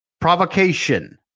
provocation